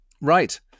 Right